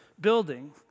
building